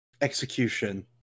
execution